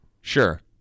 Sure